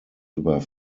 über